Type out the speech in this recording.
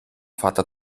vater